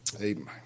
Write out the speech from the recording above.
Amen